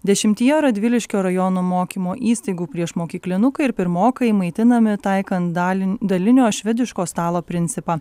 dešimtyje radviliškio rajono mokymo įstaigų priešmokyklinukai ir pirmokai maitinami taikant dalį dalinio švediško stalo principą